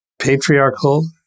patriarchal